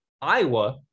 Iowa